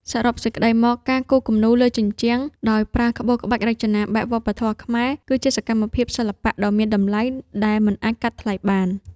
សរុបសេចក្ដីមក ការគូរគំនូរលើជញ្ជាំងដោយប្រើក្បូរក្បាច់រចនាបែបវប្បធម៌ខ្មែរ គឺជាសកម្មភាពសិល្បៈដ៏មានតម្លៃដែលមិនអាចកាត់ថ្លៃបាន។